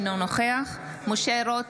אינו נוכח משה רוט,